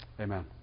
Amen